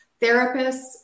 therapists